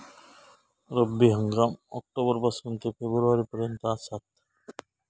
रब्बी हंगाम ऑक्टोबर पासून ते फेब्रुवारी पर्यंत आसात